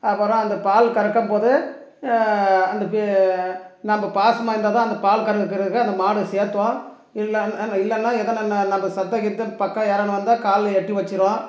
அப்புறம் அந்த பால் கறக்கும் போது அந்த பி நம்ம பாசமாக இருந்தால் தான் அந்த பால் கறக்க கறக்க அந்த மாடு சேர்த்தும் இல்லைன் ஆஹ இல்லைன்னா ஏதோ நன்ன நம்ம சத்தம் கித்தம் பக்கம் யாரான்னு வந்தால் காலில் எட்டி உதைச்சிரும்